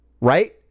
Right